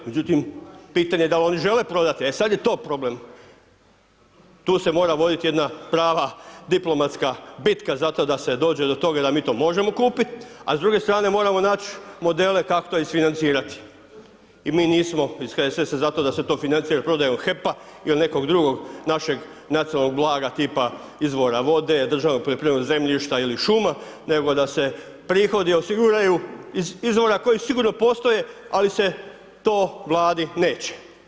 Međutim pitanje dal' oni žele prodati, e sad je to problem, tu se mora vodit jedna prava diplomatska bitka za to da se dođe do toga da mi to možemo kupit, a s druge strane moramo nać' modele kak' to isfinancirati, i mi nismo iz HSS-a za to da se to financira prodajom HEP-a ili nekog drugog našeg nacionalnog blaga tipa izvora voda, državnog poljoprivrednog zemljišta ili šuma, nego da se prihodi osiguraju iz izvora koji sigurno postoje, ali se to Vladi neće.